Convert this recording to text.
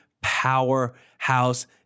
powerhouse